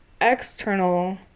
external